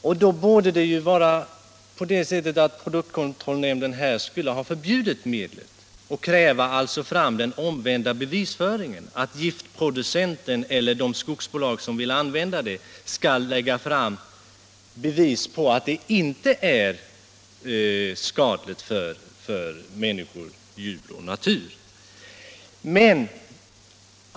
Under dessa förhållanden borde produktkontrollnämnden ha förbjudit medlet och tillämpat kravet på omvänd bevisföring, innebärande att giftproducenten eller de som vill använda medlet skall lägga fram bevis på att det inte är skadligt för människor, djur och natur.